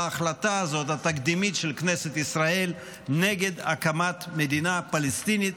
להחלטה התקדימית הזאת של כנסת ישראל נגד הקמת מדינה פלסטינית,